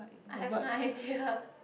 I have no idea